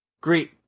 Great